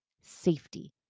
safety